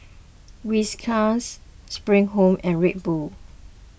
Whiskas Spring Home and Red Bull